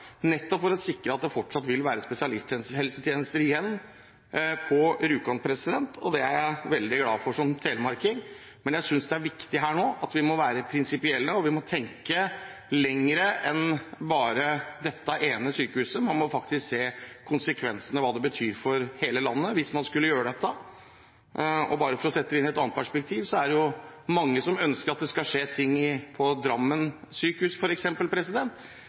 nettopp for å sikre at det fortsatt vil være spesialisthelsetjenester igjen på Rjukan. Det er jeg veldig glad for som telemarking. Men jeg synes det er viktig nå at vi er prinsipielle, og vi må tenke lenger enn bare til dette ene sykehuset. Man må faktisk se konsekvensene og hva det betyr for hele landet hvis man skulle gjøre dette. For å sette dette inn i et annet perspektiv er det jo mange som ønsker at det skal skje ting med Drammen sykehus,